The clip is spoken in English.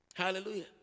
Hallelujah